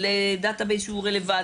של דאטא בייס שהוא רלוונטי,